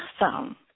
Awesome